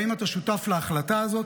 האם אתה שותף להחלטה הזאת?